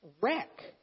wreck